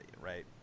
right